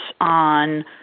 on